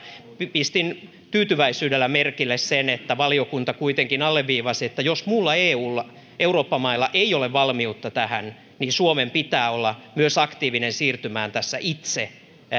pistin tyytyväisyydellä merkille sen että valiokunta kuitenkin alleviivasi että jos muilla eu mailla ei ole valmiutta tähän niin suomen pitää olla myös aktiivinen siirtymään tässä itse